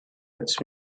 its